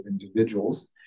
individuals